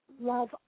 love